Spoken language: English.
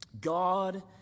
God